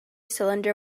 cylinder